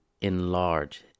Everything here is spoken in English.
enlarge